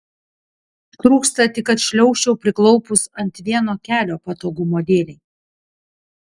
trūksta tik kad šliaužčiau priklaupus ant vieno kelio patogumo dėlei